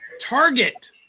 Target